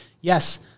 Yes